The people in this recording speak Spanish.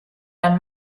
las